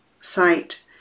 site